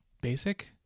basic